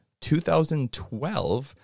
2012